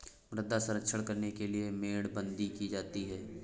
मृदा संरक्षण करने के लिए मेड़बंदी की जाती है